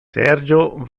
sergio